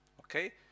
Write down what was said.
okay